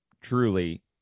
truly